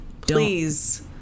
Please